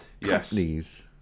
Companies